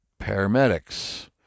paramedics